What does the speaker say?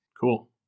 Cool